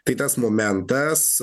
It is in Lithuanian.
tai tas momentas